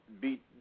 beat